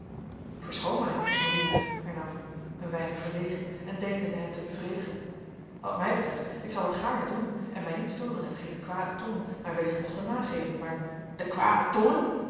verschoon mij mijnheer hernam ik een weinig verlegen en denkende hem te bevredigen wat mij betreft zal ik het gaarne doen en mij niet storen aan hetgeen de kwade tongen mij wellicht mochten nageven maar de kwade